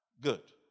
Good